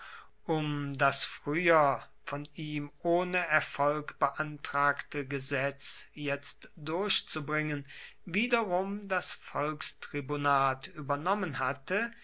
um das früher von ihm ohne erfolg beantragte gesetz jetzt durchzubringen wiederum das volkstribunat übernommen hatte